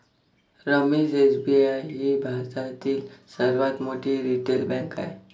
Ramesh SBI ही भारतातील सर्वात मोठी रिटेल बँक आहे